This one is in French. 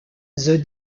the